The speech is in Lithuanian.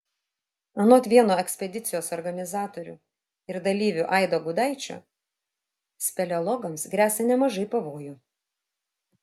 anot vieno ekspedicijos organizatorių ir dalyvių aido gudaičio speleologams gresia nemažai pavojų